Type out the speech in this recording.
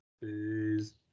Please